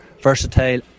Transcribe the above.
versatile